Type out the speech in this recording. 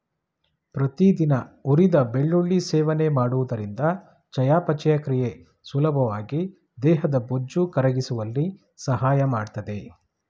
ಪ್ರತಿದಿನ ಹುರಿದ ಬೆಳ್ಳುಳ್ಳಿ ಸೇವನೆ ಮಾಡುವುದರಿಂದ ಚಯಾಪಚಯ ಕ್ರಿಯೆ ಸುಲಭವಾಗಿ ದೇಹದ ಬೊಜ್ಜು ಕರಗಿಸುವಲ್ಲಿ ಸಹಾಯ ಮಾಡ್ತದೆ